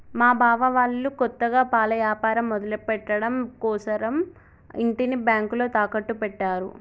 మా బావ వాళ్ళు కొత్తగా పాల యాపారం మొదలుపెట్టడం కోసరం ఇంటిని బ్యేంకులో తాకట్టు పెట్టారు